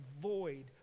void